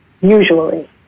usually